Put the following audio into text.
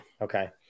Okay